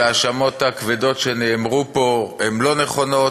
שההאשמות הכבדות שנאמרו פה הן לא נכונות.